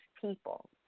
people